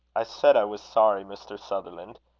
i said i was sorry, mr. sutherland.